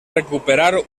recuperar